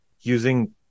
using